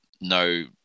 No